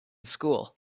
school